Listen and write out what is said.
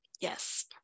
Yes